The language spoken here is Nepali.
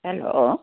हेलो